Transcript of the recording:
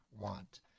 want